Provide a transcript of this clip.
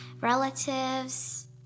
relatives